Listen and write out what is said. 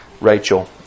Rachel